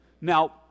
Now